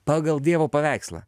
pagal dievo paveikslą